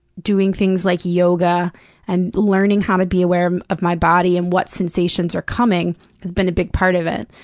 doing things like yoga and learning how to be aware of my body and what sensations are coming has been a big part of it.